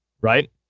right